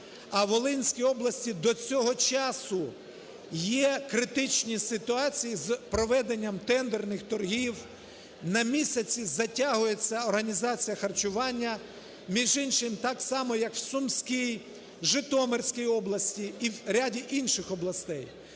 а в Волинській області до цього часу є критичні ситуації з проведенням тендерних торгів, на місяці затягується організація харчування. Між іншим, так само, як в Сумській, Житомирській області і в ряді інших областей.